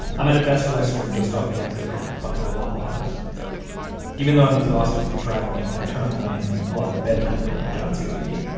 i'm at a best western just off the exit ramp, behind a waffle house even though i'm exhausted from traveling, i turn on the lamp and pull out the bedtime reading john's given me.